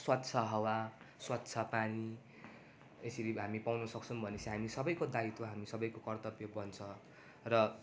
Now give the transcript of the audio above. स्वच्छ हावा स्वच्छ पानी यसरी हामी पाउन सक्छौँ भने पनि हामी सबैको दायित्त्व हामी सबैको कर्त्तव्य बन्छ र